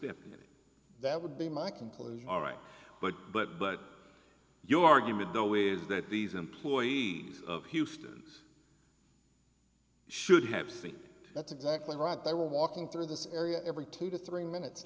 if that would be my conclusion all right but but but your argument though is that these employees of houston should have three that's exactly right they were walking through this area every two to three minutes